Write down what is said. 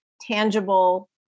tangible